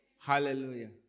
Hallelujah